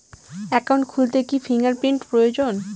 Account খুলতে কি finger print প্রয়োজন?